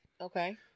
Okay